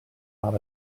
mal